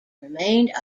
remained